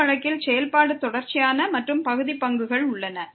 இந்த வழக்கில் செயல்பாடு தொடர்ச்சியாக இருக்கிறது மற்றும் பகுதி பங்குகள் உள்ளன